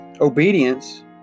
Obedience